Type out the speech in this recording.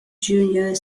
junior